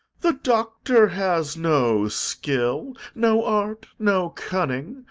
the doctor has no skill, no art, no cunning,